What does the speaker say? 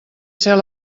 ser